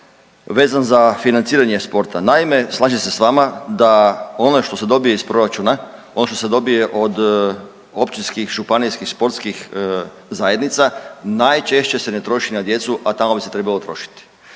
vezan za financiranje sporta. Naime, slažem se s vama da ono što se dobije iz proračuna, ono što se dobije od općinskih, županijskih sportskih zajednica najčešće se ne troši na djecu a tamo bi se trebalo trošiti.